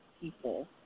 people